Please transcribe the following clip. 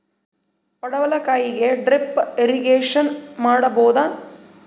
ಪಡವಲಕಾಯಿಗೆ drip irrigation ಮಾಡಬೋದ?